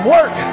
Work